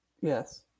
Yes